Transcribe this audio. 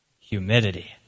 humidity